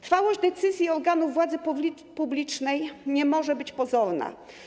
Trwałość decyzji organów władzy publicznej nie może być pozorna.